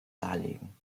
darlegen